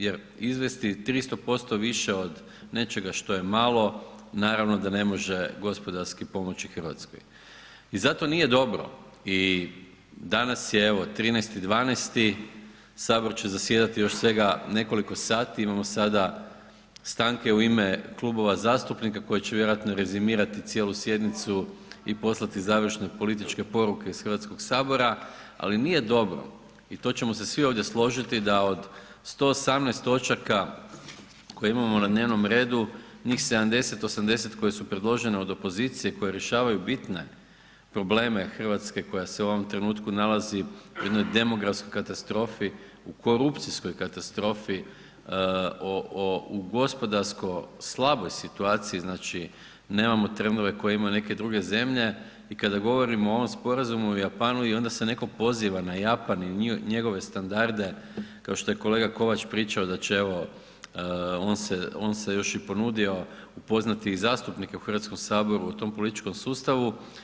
Jer izvesti 300% više od nečega što je malo naravno da ne može gospodarski pomoći Hrvatskoj i zato nije dobro i danas je evo, 13.12., Sabor će zasjedati još svega nekoliko sati, imamo sada stanke u ime klubova zastupnika koje će vjerojatno rezimirati cijelu sjednicu i poslati završne političke poruke iz HS-a, ali nije dobro i to ćemo se svi ovdje složiti da od 118 točaka koje imamo na dnevnom redu, njih 70, 80 koje su predložene od opozicije koje rješavaju bitne probleme Hrvatske koja se u ovom trenutku nalazi u jednoj demografskoj katastrofi, u korupcijskoj katastrofi, u gospodarsko slaboj situaciji, nemamo trendove koje imaju neke druge zemlje i kada govorimo o ovom Sporazumu u Japanu i onda se netko poziva na Japan i njegove standarde, kao što je kolega Kovač pričao da će, evo, on se još i ponudio upoznati i zastupnike u HS-u o tom političkom sustavu.